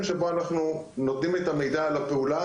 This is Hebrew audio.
שבו אנחנו נותנים את המידע על הפעולה.